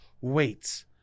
Wait